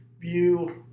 view